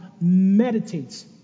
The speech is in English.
meditates